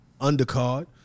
undercard